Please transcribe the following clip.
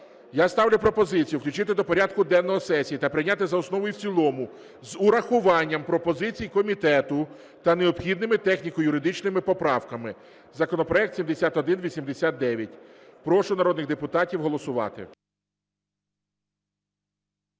Я ставлю пропозицію включити до порядку денного сесії та прийняти за основу і в цілому з урахуванням пропозицій комітету та необхідними техніко-юридичними поправками законопроект 7189. Прошу народних депутатів голосувати.